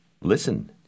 Listen